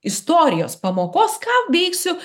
istorijos pamokos ką veiksiu